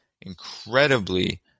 incredibly